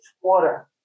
quarter